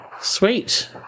Sweet